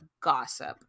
gossip